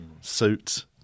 suit